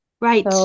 Right